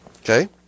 Okay